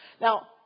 Now